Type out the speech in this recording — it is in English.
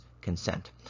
consent